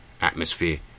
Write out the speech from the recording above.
atmosphere